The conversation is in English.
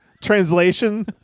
Translation